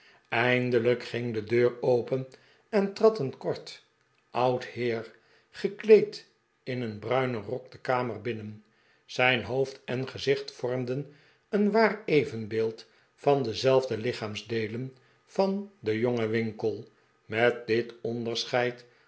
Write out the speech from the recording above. eindelijk ging de deur open en trad een kort oud heer gekleed in een bruinen rok de kamer binnen zijn hoofd en gezicht vormden een waar evenbeeld van dezelfde lichaamsdeelen van den jongen winkle met dit onderscheid